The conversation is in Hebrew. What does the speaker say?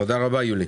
תודה רבה לכם.